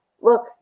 Look